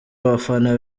abafana